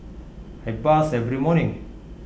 I bathe every morning